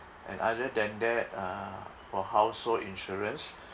and other than that uh for household insurance